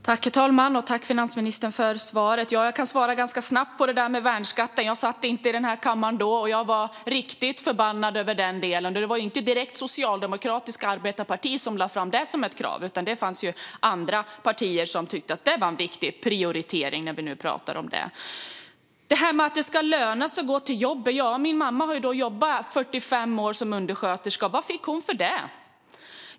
Herr talman! Jag tackar finansministern för svaret. Jag kan svara ganska snabbt på detta med värnskatten. Jag satt inte i kammaren då, och jag var riktigt förbannad över det. Det var inte direkt Sveriges socialdemokratiska arbetareparti som lade fram detta krav, utan det var andra partier som tyckte att det var en viktig prioritering. Det ska löna sig att gå till jobbet, säger Moderaterna. Min mamma har jobbat 45 år som undersköterska. Vad har hon fått för det?